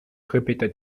répéta